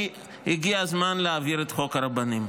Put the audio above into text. כי הגיע הזמן להעביר את חוק הרבנים.